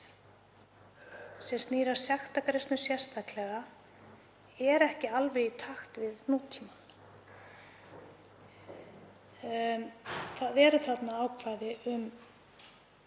sem snýr að sektargreiðslum sérstaklega, er ekki alveg í takt við nútímann. Það eru þarna ákvæði um